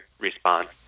response